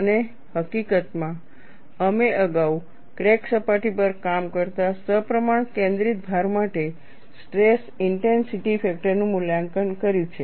અને હકીકતમાં અમે અગાઉ ક્રેક સપાટી પર કામ કરતા સપ્રમાણ કેન્દ્રિત ભાર માટે સ્ટ્રેસ ઇન્ટેન્સિટી ફેક્ટરનું મૂલ્યાંકન કર્યું છે